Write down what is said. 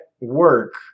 work